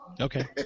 Okay